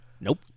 nope